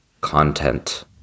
content